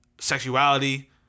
sexuality